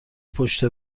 پشت